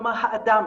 כלומר - האדם.